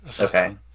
Okay